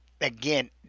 again